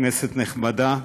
כנסת נכבדה,